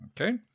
Okay